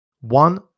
one